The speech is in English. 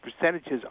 percentages